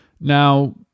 Now